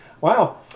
Wow